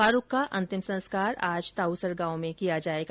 फारूख का अंतिम संस्कार आज ताउसर गांव में किया जायेगा